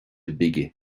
bige